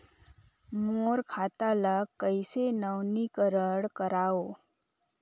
मोर खाता ल कइसे नवीनीकरण कराओ?